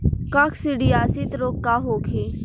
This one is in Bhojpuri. काकसिडियासित रोग का होखे?